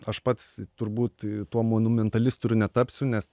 aš pats turbūt tuo monumentalistu ir netapsiu nes